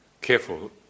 careful